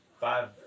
Five